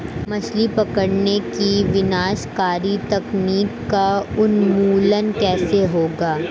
मछली पकड़ने की विनाशकारी तकनीक का उन्मूलन कैसे होगा?